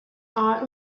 are